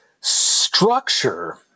structure